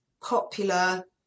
popular